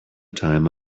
time